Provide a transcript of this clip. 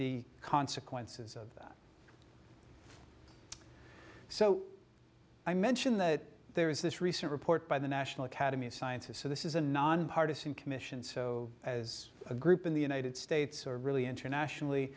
the consequences of that so i mention that there is this recent report by the national academy of sciences so this is a nonpartisan commission so as a group in the united states or really internationally